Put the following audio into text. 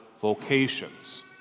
Vocations